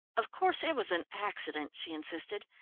of course it was an accident, she insisted,